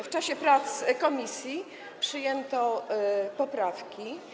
W czasie prac komisji przyjęto poprawki.